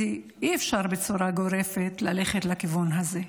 כי אי-אפשר בצורה גורפת ללכת לכיוון הזה.